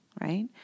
right